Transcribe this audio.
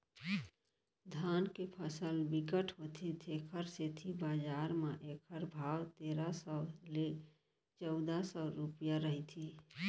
धान के फसल बिकट होथे तेखर सेती बजार म एखर भाव तेरा सव ले चउदा सव रूपिया रहिथे